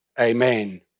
amen